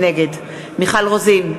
נגד מיכל רוזין,